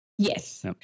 Yes